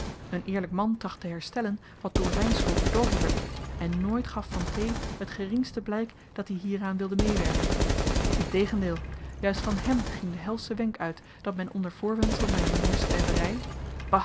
een eerlyk man tracht te herstellen wat door zyn schuld bedorven werd en nooit gaf v t het geringste blyk dat-i hieraan wilde meewerken integendeel juist van hèm ging de helsche wenk uit dat men onder voorwendsel